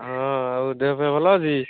ହଁ ଆଉ ଦେହଫେହ ଭଲ ଅଛି